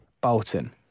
Bolton